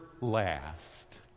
last